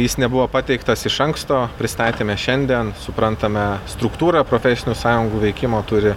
jis nebuvo pateiktas iš anksto pristatėme šiandien suprantame struktūrą profesinių sąjungų veikimo turi